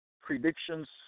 predictions